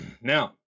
Now